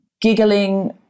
giggling